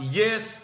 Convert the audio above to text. yes